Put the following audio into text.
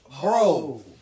bro